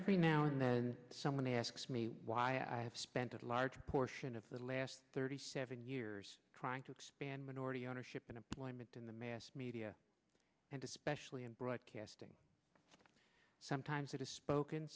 every now and then someone asks me why i have spent a large portion of the last thirty seven years trying to expand minority ownership and employment in the mass media and especially in broadcasting sometimes it is spoken